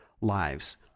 lives